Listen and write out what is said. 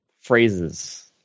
phrases